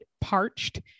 parched